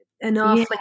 enough